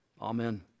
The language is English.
Amen